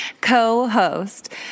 Co-host